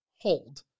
hold